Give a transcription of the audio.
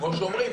כמו שאומרים,